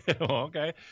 Okay